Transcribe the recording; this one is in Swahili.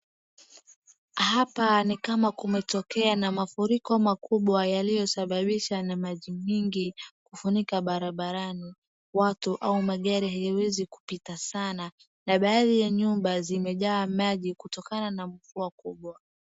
Hapa ni kama kumetokea na mafuriko makubwa yaliyo sababishwa na maji mingi kufunika barabarani. Watu au gari haiwezi kupta sana na baadhi ya nyumba zimejaa maji kutokana na mvua kubwa.